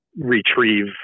retrieve